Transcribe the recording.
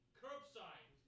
curbside